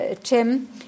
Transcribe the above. Tim